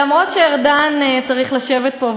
ואף שארדן צריך לשבת פה,